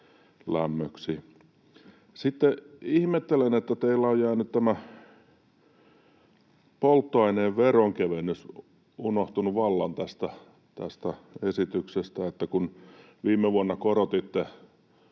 Sitten ihmettelen, että teillä on tämä polttoaineen veronkevennys unohtunut vallan tästä esityksestä. Kun viime vuonna korotitte,